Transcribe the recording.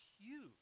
huge